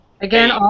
Again